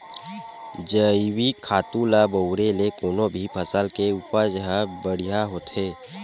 जइविक खातू ल बउरे ले कोनो भी फसल के उपज ह बड़िहा होथे